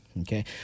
Okay